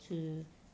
to